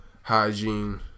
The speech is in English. hygiene